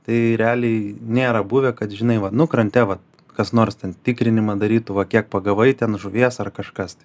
tai realiai nėra buvę kad žinai va nu krante vat kas nors ten tikrinimą darytų va kiek pagavai ten žuvies ar kažkas tai